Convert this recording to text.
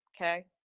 Okay